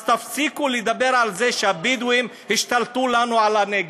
אז תפסיקו לדבר על זה ש"הבדואים השתלטו לנו על הנגב".